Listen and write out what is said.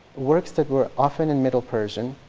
works that were often in middle persian,